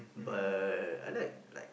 but I like like